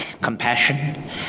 compassion